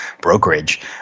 brokerage